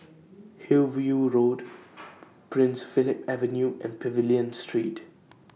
Hillview Road Prince Philip Avenue and Pavilion Street